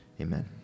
Amen